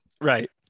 Right